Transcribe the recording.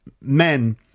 men